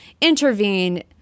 intervene